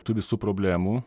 tų visų problemų